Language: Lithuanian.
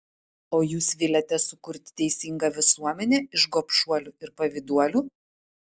o jūs viliatės sukurti teisingą visuomenę iš gobšuolių ir pavyduolių